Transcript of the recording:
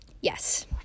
Yes